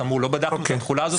כאמור לא בדקנו את התחולה הזאת,